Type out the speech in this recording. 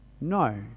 No